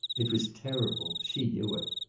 it was terrible. she knew it.